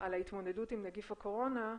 על ההתמודדות עם נגיף הקורונה,